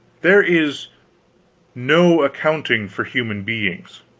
there is no accounting for human beings.